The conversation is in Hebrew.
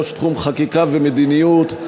ראש תחום חקיקה ומדיניות,